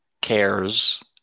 cares